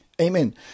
Amen